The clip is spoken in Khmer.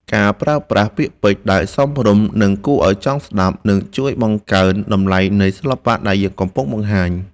ការប្រើប្រាស់ពាក្យពេចន៍ដែលសមរម្យ និង គួរឱ្យចង់ស្តាប់នឹងជួយបង្កើនតម្លៃនៃសិល្បៈដែលយើងកំពុងបង្ហាញ។